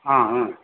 हा हा